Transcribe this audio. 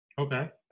okay